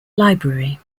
library